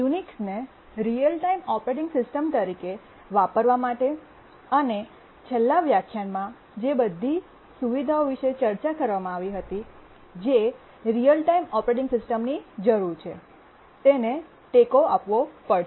યુનિક્સને real time operating systems તરીકે વાપરવા માટે અને છેલ્લા વ્યાખ્યાનમાં જે બધી સુવિધાઓ વિશે ચર્ચા કરવામાં આવી હતી જે રીઅલ ટાઇમ ઓપરેટિંગ સિસ્ટમની જરૂર છે તેને ટેકો આપવો પડશે